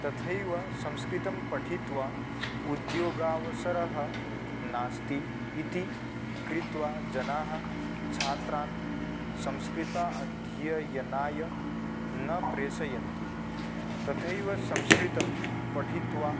तथैव संस्कृतं पठित्वा उद्योगावसरः नास्ति इति कृत्वा जनाः छात्रान् संस्कृत अध्ययनाय न प्रेषयन्ति तथैव संस्कृतं पठित्वा